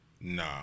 Nah